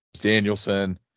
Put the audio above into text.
Danielson